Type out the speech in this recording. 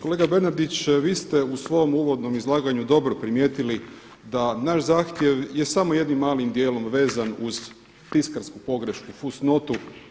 Kolega Bernardić, vi ste u svom uvodnom izlaganju dobro primijetili da naš zahtjev je samo jednim malim dijelom vezan uz tiskarsku pogrešku, fus notu.